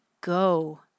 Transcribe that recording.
go